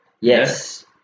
Yes